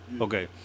Okay